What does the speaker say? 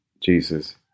Jesus